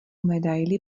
medaili